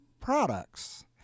products